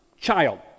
child